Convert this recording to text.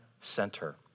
center